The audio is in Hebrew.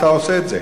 אתה עושה את זה.